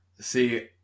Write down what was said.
See